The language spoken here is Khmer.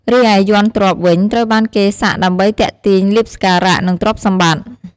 រីឯ យ័ន្តទ្រព្យ វិញ ត្រូវបានគេសាក់ដើម្បីទាក់ទាញលាភសក្ការៈ និងទ្រព្យសម្បត្តិ។